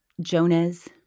Jonas